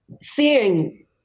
seeing